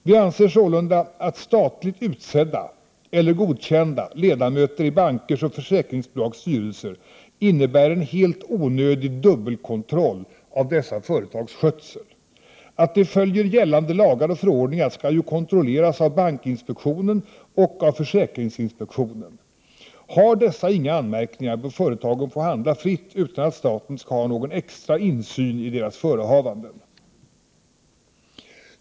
Vi anser sålunda, att statligt utsedda — eller godkända — ledamöter i bankers och försäkringsbolags styrelser innebär en helt onödig ”dubbelkontroll” av dessa företags skötsel. Att de följer gällande lagar och förordningar skall ju kontrolleras av bankinspektionen och försäkringsinspektionen. Har dessa inga anmärkningar bör företagen få handla fritt utan att staten skall ha någon ”extra” insyn i deras förehavanden.